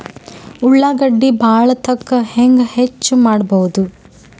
ಉಳ್ಳಾಗಡ್ಡಿ ಬಾಳಥಕಾ ಹೆಂಗ ಹೆಚ್ಚು ಮಾಡಬಹುದು?